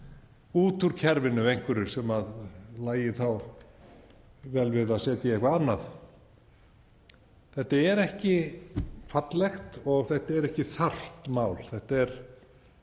út úr kerfinu einhverju sem lægi þá vel við að setja í eitthvað annað. Þetta er ekki fallegt og þetta er ekki þarft mál. Eins og